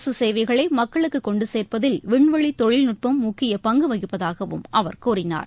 அரசு சேவைகளை மக்களுக்கு கொண்டு சேர்ப்பதில் விண்வெளி தொழில்நுட்பம் முக்கிய பங்கு வகிப்பதாகவும் அவர் கூறினார்